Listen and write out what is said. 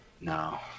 no